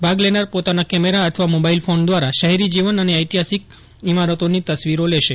ભાગ લેનાર પોતાના કેમેરા અથવા મોબાઈલ ફોન દ્વારા શહેરી જીવન અને ઐતિહાસિક ઈમારતોની તસવીરો લેશે